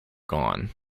gone